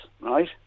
right